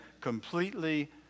completely